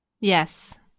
Yes